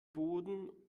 boden